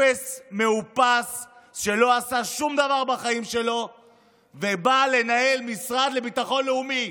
אפס מאופס שלא עשה שום דבר בחיים שלו ובא לנהל משרד לביטחון לאומי.